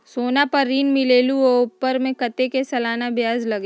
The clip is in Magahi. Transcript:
सोना पर ऋण मिलेलु ओपर कतेक के सालाना ब्याज लगे?